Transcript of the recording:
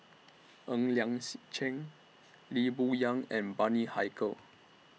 Ng Liang C Chiang Lee Boon Yang and Bani Haykal